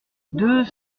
deux